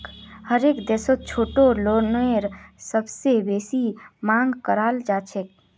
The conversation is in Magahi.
हरेक देशत छोटो लोनेर सबसे बेसी मांग कराल जाछेक